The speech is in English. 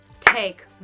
Take